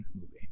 movie